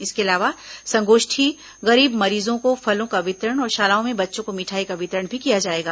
इसके अलावा संगोष्ठी गरीब मरीजों को फलों का वितरण और शालाओं में बच्चों को मिठाई का वितरण भी किया जाएगा